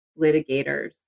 litigators